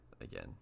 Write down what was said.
again